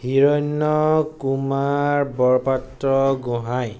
Hiranya Kumar Borpatragohain